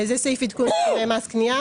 זה סעיף שמעדכן את סכומי מס הקנייה.